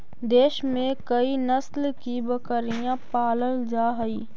देश में कई नस्ल की बकरियाँ पालल जा हई